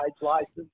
license